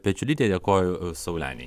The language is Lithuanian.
pečiulytė dėkoju saulenei